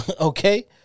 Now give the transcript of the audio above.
okay